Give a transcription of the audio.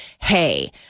hey